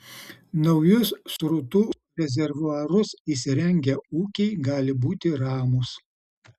naujus srutų rezervuarus įsirengę ūkiai gali būti ramūs